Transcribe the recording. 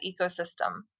ecosystem